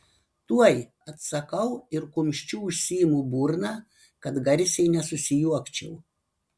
tuoj atsakau ir kumščiu užsiimu burną kad garsiai nesusijuokčiau